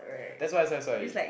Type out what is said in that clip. that's why that's why that's why